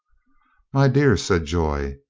my dear! said joy,